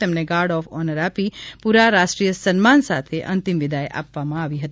તેમને guard of honour આપી પૂરા રાષ્રીઆીય સન્માન સાથે અંતિમ વિદાય આપવામાં આવી હતી